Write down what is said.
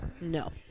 No